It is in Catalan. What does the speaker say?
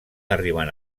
arriben